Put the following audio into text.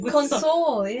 Console